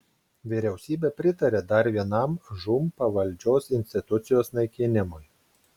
vyriausybė pritarė dar vienam žūm pavaldžios institucijos naikinimui